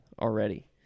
already